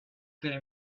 clear